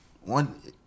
one